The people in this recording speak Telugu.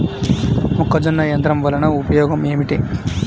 మొక్కజొన్న యంత్రం వలన ఉపయోగము ఏంటి?